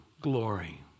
glory